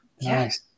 yes